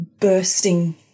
bursting